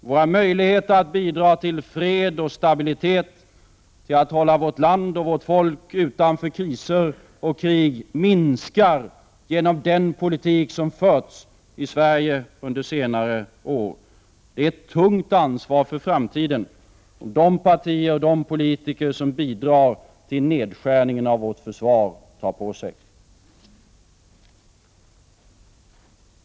Våra möjligheter att bidra till fred och stabilitet och till att hålla vårt land och vårt folk utanför kriser och krig minskar genom den politik som förts i Sverige under senare år. De partier och de politiker som bidrar till nedskärningen av vårt försvar tar på sig ett tungt ansvar för framtiden.